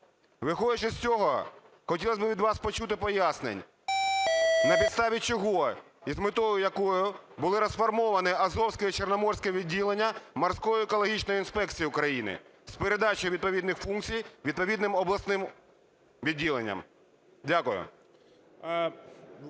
Виходячи з цього, хотілось би від вас почути пояснень. На підставі чого і з метою якою були розформовані Азовське і Чорноморське відділення морської екологічної інспекції України з передачею відповідних функцій відповідним обласним відділенням? Дякую.